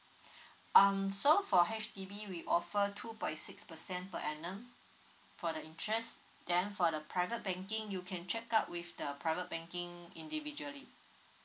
um so for H_D_B we offer two point six percent per annum for the interest then for the private banking you can check out with the private banking individually